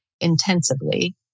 intensively